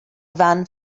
van